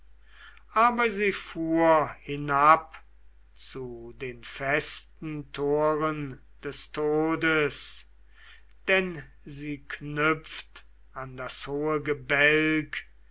aber sie fuhr hinab zu den festen toren des todes denn sie knüpft an das hohe gebälk